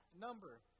number